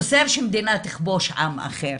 אוסר שמדינה תכבוש עם אחר.